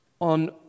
on